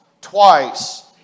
twice